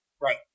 Right